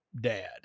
dad